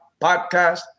podcast